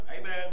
Amen